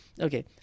Okay